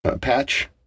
patch